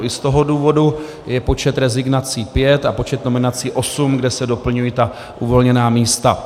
I z toho důvodu je počet rezignací pět a počet nominací osm, kde se doplňují ta uvolněná místa.